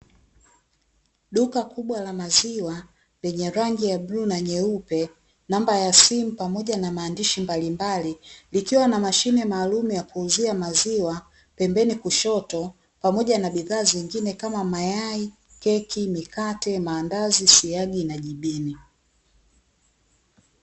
Duka kubwa la maziwa lenye rangi ya bluu na nyeupe, namba ya simu pamoja na maandishi mbalimbali, likiwa na mashine maalum ya kuuzia maziwa pembeni kushoto, pamoja na bidhaa zingine kama mayai, keki, mikate, maandazi, siagi na jibini.